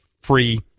free